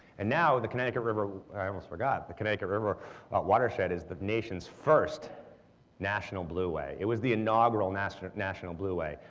and now the connecticut river i almost forgot the connecticut river watershed is the nation's first national blueway. it was the inaugural national national blueway,